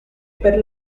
per